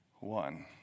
One